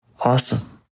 Awesome